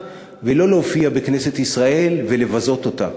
ולא להופיע בכנסת ישראל ולבזות אותה.